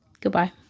goodbye